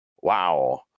Wow